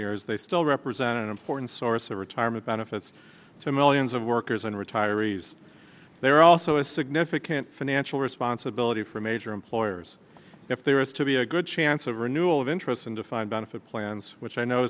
years they still represent an important source of retirement benefits to millions of workers and retirees there are also a significant financial responsibility for major employers if there is to be a good chance of renewal of interest in defined benefit plans which i know